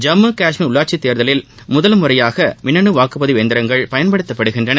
ஜம்மு கஷ்மீர் உள்ளாட்சித் தேர்தலில் முதல் முறையாக மின்னனு வாக்குபதிவு இயந்திரங்கள் பயன்படுத்தப்படுகின்றன